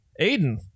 aiden